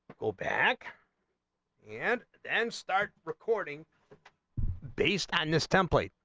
go back and then start recording based on this template